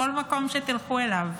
כל מקום שתלכו אליו,